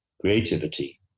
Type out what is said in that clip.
Creativity